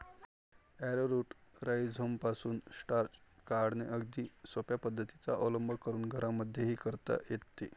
arrowroot राईझोमपासून starch काढणे अगदी सोप्या पद्धतीचा अवलंब करून घरांमध्येही करता येते